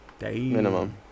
Minimum